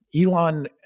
Elon